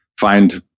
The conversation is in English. find